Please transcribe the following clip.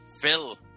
Phil